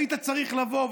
היית צריך לבוא,